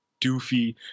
doofy